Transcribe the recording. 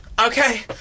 Okay